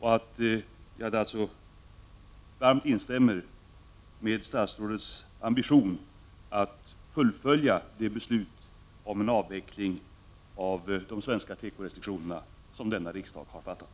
Jag instämmer varmt i statsrådets ambition att fullfölja det beslut om en avveckling av de svenska tekorestriktionerna som denna riksdag har fattat.